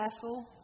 careful